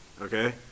okay